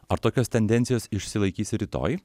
ar tokios tendencijos išsilaikys rytoj